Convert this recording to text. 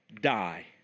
die